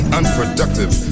unproductive